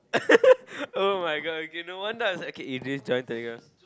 [oh]-my-god okay no wonder I was like okay Idris joined Telegram